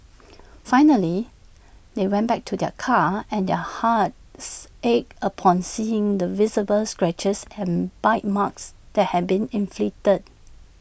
finally they went back to their car and their hearts ached upon seeing the visible scratches and bite marks that had been inflicted